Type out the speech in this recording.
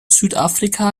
südafrika